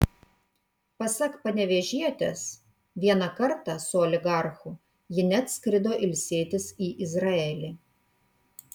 pasak panevėžietės vieną kartą su oligarchu ji net skrido ilsėtis į izraelį